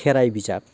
खेराइ बिजाब